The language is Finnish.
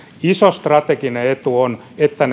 iso strateginen etu on että